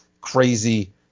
crazy